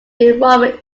enrollment